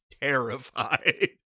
terrified